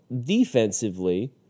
defensively